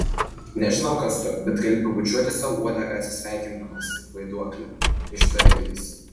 nežinau kas tu bet gali pabučiuoti sau uodegą atsisveikindamas vaiduokli ištarė jis